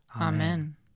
Amen